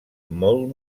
molt